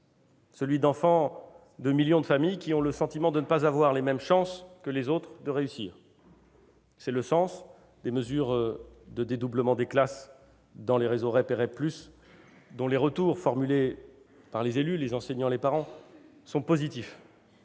celui d'enfants de millions de familles qui ont le sentiment de ne pas avoir les mêmes chances que les autres de réussir. C'est le sens des mesures de dédoublement des classes dans les réseaux REP et REP+, dont les retours formulés par les élus, les enseignants et les parents sont positifs.